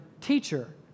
Teacher